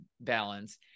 balance